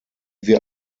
wir